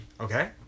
Okay